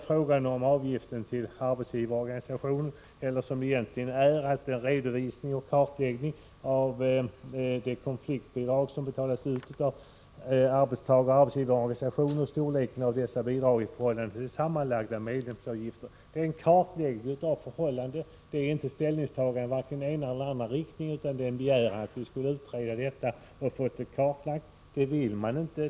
Frågan om avgiften till arbetsgivarorganisation gäller egentligen en redovisning och kartläggning av storleken av det konfliktbidrag som betalas ut av arbetstagaroch arbetsgivarorganisationer i förhållande till de sammanlagda medlemsavgifterna. Det är inte fråga om ett ställningstagande vare sig i den ena eller den andra riktningen, utan om en begäran om att vi skall utreda detta och få förhållandena kartlagda. Det vill man inte.